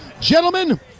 gentlemen